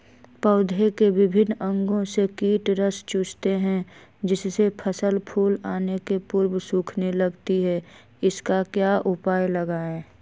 पौधे के विभिन्न अंगों से कीट रस चूसते हैं जिससे फसल फूल आने के पूर्व सूखने लगती है इसका क्या उपाय लगाएं?